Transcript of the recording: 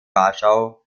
warschau